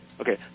Okay